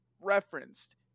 referenced